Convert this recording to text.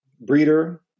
breeder